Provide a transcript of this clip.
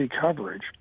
coverage